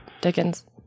Dickens